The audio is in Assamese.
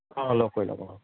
অঁ লগ কৰি ল'ব